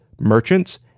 merchants